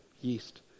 yeast